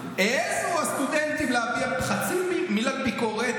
הסטודנטים העזו להביע חצי מילת ביקורת,